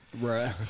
Right